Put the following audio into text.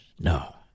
No